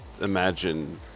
imagine